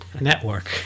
network